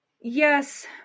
Yes